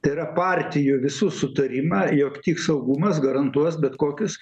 tai yra partijų visų sutarimą jog tik saugumas garantuos bet kokius